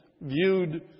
viewed